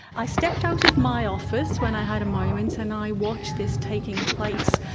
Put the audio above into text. i stepped out of my office when i had a moment and i watched this taking place.